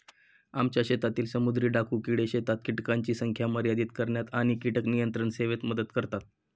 आमच्या शेतातील समुद्री डाकू किडे शेतात कीटकांची संख्या मर्यादित करण्यात आणि कीटक नियंत्रण सेवेत मदत करतात